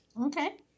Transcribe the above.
Okay